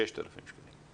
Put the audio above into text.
6,000 ₪.